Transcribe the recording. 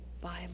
Bible